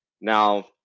Now